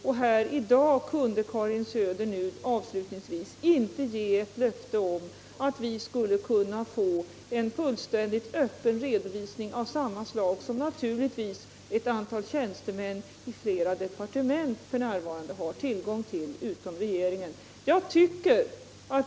Och här i dag kunde Karin Söder avslutningsvis inte ge något löfte om att vi skulle få en fullständigt öppen redovisning av samma slag som förutom regeringen naturligtvis ett antal tjänstemän i flera departement f. n. har tillgång till.